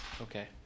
okay